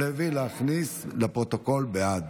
להלן תוצאות ההצבעה: 12 בעד,